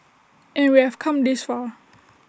and we have come this far